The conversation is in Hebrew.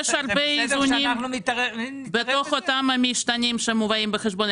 יש הרבה איזונים פנימיים בתוך אותם המשתנים שמובאים בחשבון.